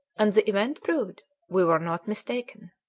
and the event proved we were not mistaken.